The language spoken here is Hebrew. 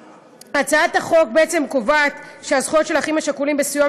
בהצעת החוק מוצע שהזכויות של אחים שכולים בסיוע